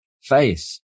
face